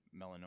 melanoma